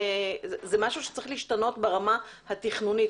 זה משהו שצריך להשתנות ברמה התכנונית.